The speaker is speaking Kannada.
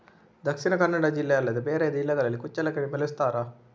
ದಕ್ಷಿಣ ಕನ್ನಡ ಜಿಲ್ಲೆ ಅಲ್ಲದೆ ಬೇರೆ ಜಿಲ್ಲೆಗಳಲ್ಲಿ ಕುಚ್ಚಲಕ್ಕಿಯನ್ನು ಬೆಳೆಸುತ್ತಾರಾ?